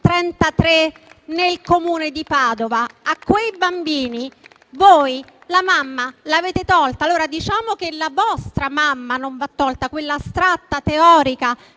33 nel Comune di Padova. A quei bambini voi la mamma l'avete tolta. Allora diciamo che la vostra mamma non va tolta, quella astratta, teorica,